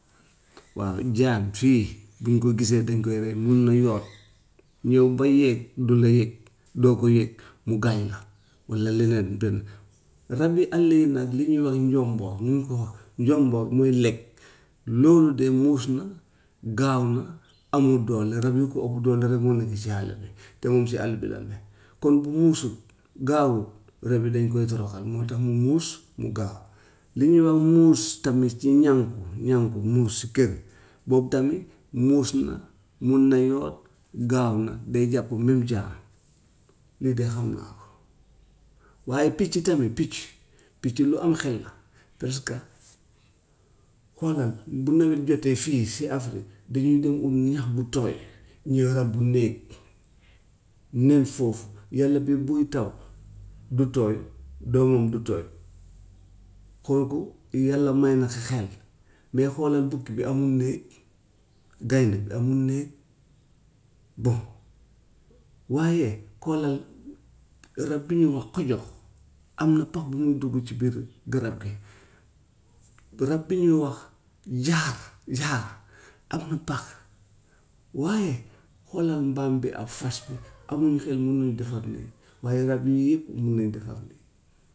Waaw jaan fii bu ñu ko gisee dañu koy rey mun na yoot ñëw ba yéeg du la yëg doo ko yëg mu gaañ la walla leneen dem. Rabi àll yi nag li ñuy wax njomboor lu ñu ko wax njomboor mooy lëg loolu de muus na, gaaw na, amul doole, rab yu ko ëpp doole rek ñoo nekk si àll bi, te moom si àll bi la ne, kon bu muusut, gaawut rab yi dañ koy toroxal, moo tax mu muus, mu gaaw. Li ñu wax muus tamit si ñànku ñànku muus si kër boobu tamit muus na, mun na yoo, gaaw na day jàpp même jaan, lii de xam naa ko. Waaye picc tamit picc picc lu am xel la parce que xoolal bu nawet jotee fii si afrique dañuy dem ut ñax bu tooy ñu ràbb néeg, nen foofu, yàlla bi buy taw du tooy doomam du tooy, kooku yàlla may na ko xel, mais xoolal bukki bi amul néeg, gaynde bi amul néeg. Bon, waaye xoolal rab bi ñuy wax xujox am na pax bu muy dugg ci biir garab gi. Rab bi ñuy wax jaxar jaxar am na pax, waaye xoolal mbaam bi ak fas bi amuñu xel munuñu defar néeg, waaye rab yii yëpp mun nañu defar néeg.